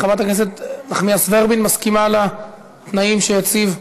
חברת הכנסת נחמיאס ורבין מסכימה לתנאים שהציב?